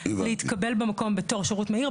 להתקבל במקום בתור שירות מהיר,